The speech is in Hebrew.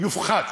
יופחת